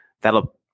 That'll